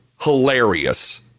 hilarious